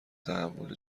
تحول